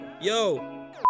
Yo